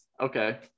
Okay